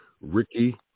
Ricky